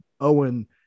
owen